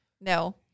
No